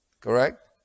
Correct